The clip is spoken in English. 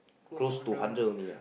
close to hundred only ah